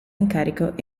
incarico